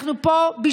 כל